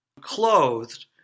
clothed